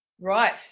Right